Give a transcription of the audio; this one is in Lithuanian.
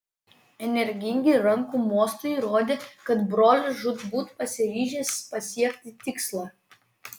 energingi rankų mostai rodė kad brolis žūtbūt pasiryžęs pasiekti tikslą